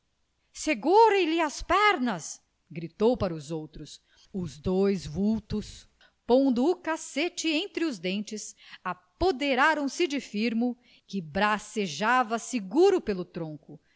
segurem lhe as pernas gritou para os outros os dois vultos pondo o cacete entre os dentes apoderaram se de firmo que bracejava seguro pelo tronco